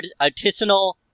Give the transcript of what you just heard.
artisanal